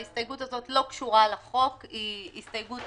ההסתייגות הזו לא קשורה לחוק, היא הסתייגות